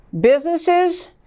businesses